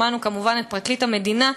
שמענו כמובן את פרקליט המדינה,